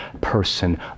person